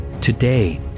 Today